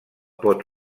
pot